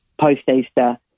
post-Easter